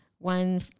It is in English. One